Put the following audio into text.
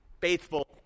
faithful